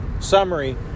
summary